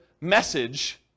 message